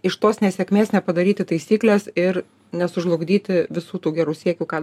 iš tos nesėkmės nepadaryti taisyklės ir nesužlugdyti visų tų gerų siekių ką